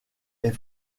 est